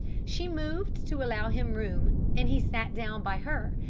she moved to allow him room, and he sat down by her,